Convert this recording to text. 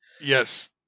Yes